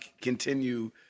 continue